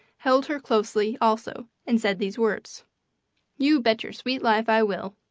held her closely also and said these words you bet your sweet life i will!